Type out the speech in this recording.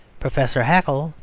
professor haeckel,